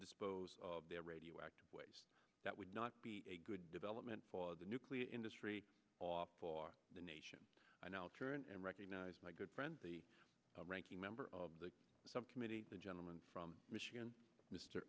dispose of their radioactive waste that would not be a good development for the nuclear industry for the nation i now turn and recognize my good friend the ranking member of the subcommittee the gentleman from michigan mr